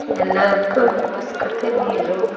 ಎಲ್ಲದಕ್ಕೂ ಅವಸ್ಕತೆ ನೀರು